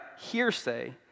hearsay